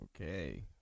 Okay